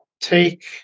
take